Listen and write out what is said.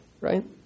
right